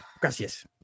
Gracias